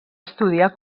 estudiar